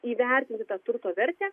įvertinti tą turto vertę